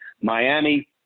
Miami